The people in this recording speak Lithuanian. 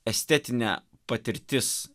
estetinė patirtis